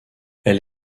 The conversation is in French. elle